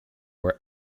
were